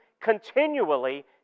continually